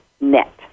net